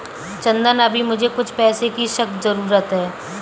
चंदन अभी मुझे कुछ पैसों की सख्त जरूरत है